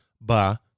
Ba